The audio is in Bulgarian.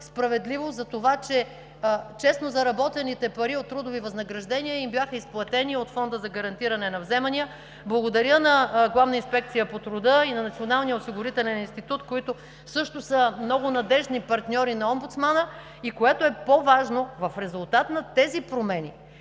справедливост за това, че честно заработените пари от трудови възнаграждения им бяха изплатени от Фонда за гарантиране на вземанията. Благодаря на Главната инспекция по труда и на Националния осигурителен институт, които също са много надеждни партньори на омбудсмана, и което е по-важно, в резултат на тези промени,